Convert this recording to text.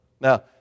now